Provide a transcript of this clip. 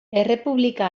errepublika